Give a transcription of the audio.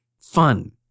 fun